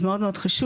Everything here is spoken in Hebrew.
זה מאוד מאוד חשוב,